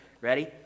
Ready